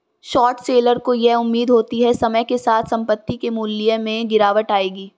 short seller को यह उम्मीद होती है समय के साथ संपत्ति के मूल्य में गिरावट आएगी